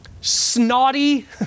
snotty